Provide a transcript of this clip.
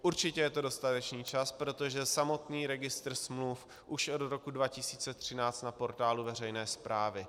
Určitě je to dostatečný čas, protože samotný Registr smluv už je od roku 2013 na portálu veřejné správy.